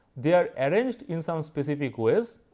they are arranged in some specific ways.